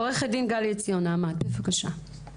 עו"ד גלי עציון מנעמ"ת, בבקשה.